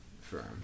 firm